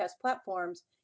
platforms